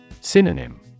Synonym